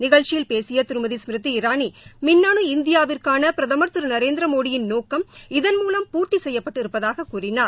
நிகழ்ச்சியில் பேசிய திருமதி ஸ்மிதி இராணி மின்னு இந்தியாவிற்காள பிரதமர் திரு நரேந்திரமோடியின் நோக்கம் இதன் மூலம் பூர்த்தி செய்யப்பட்டிருப்பதாக கூறினார்